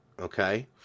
okay